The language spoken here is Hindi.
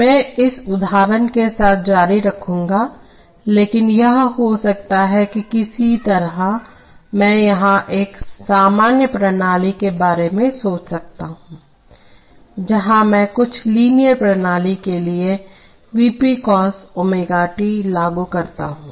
मैं इस उदाहरण के साथ जारी रखूंगा लेकिन यह हो सकता है किसी तरह मैं यहां एक सामान्य प्रणाली के बारे में सोच सकता हूं जहां मैं कुछ लीनियर प्रणाली के लिए V p cos ω t लागू करता हूं